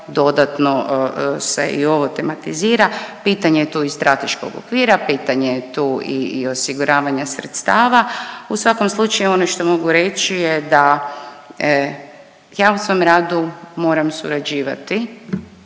dodatno se i ovo tematizira, pitanje je tu i strateškog okvira, pitanje je tu i osiguravanja sredstava. U svakom slučaju ono što mogu reći je da ja u svom radu moram surađivati